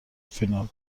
فینال